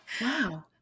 Wow